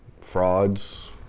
frauds